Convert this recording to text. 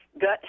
Gut